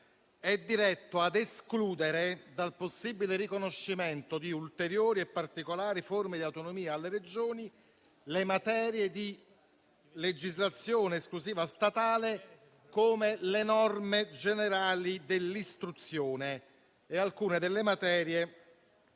è diretto a escludere dal possibile riconoscimento di ulteriori e particolari forme di autonomia alle Regioni le materie di legislazione esclusiva statale, come le norme generali dell'istruzione, e alcune delle materie